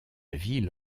ville